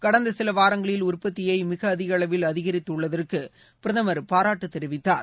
கடந்த சில வாரங்களில் உற்பத்தியை மிக அதிக அளவில் அதிகரித்துள்ளதற்கு பிரதமர் பாராட்டு தெரிவித்தார்